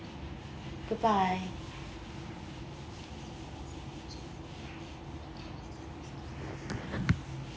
good bye